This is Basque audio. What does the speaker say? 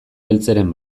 eltzeren